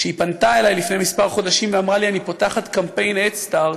כשהיא פנתה אלי לפני כמה חודשים ואמרה לי: אני פותחת קמפיין "הדסטארט",